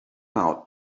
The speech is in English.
out